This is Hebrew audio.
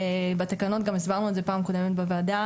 בתקנון גם הסברנו את זה בפעם הקודמת בוועדה,